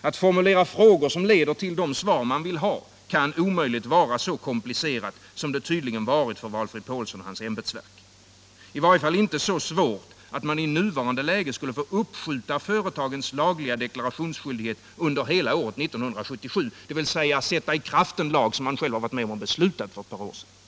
Att formulera frågor som leder till de svar man vill ha fram kan omöjligt vara så komplicerat som det tydligen varit för Valfrid Paulsson och hans ämbetsverk — i varje fall inte så svårt att man i nuvarande läge skulle behöva upphäva företagens lagliga deklarationsskyldighet under hela år 1977, dvs. upphäva den lag som man själv varit med om att besluta om för ett par år sedan.